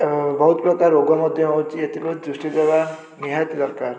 ବହୁତପ୍ରକାର ରୋଗ ମଧ୍ୟ ହେଉଛି ଏଥିପ୍ରତି ଦୃଷ୍ଟି ଦେବା ନିହାତି ଦରକାର